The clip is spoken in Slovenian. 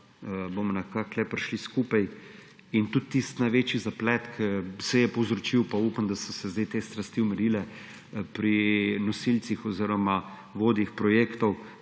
bomo nekako le prišli skupaj in tudi tisti največji zaplet, ki se je povzročil – pa upam, da so se zdaj te strasti umirile – pri nosilcih oziroma vodjih projektov,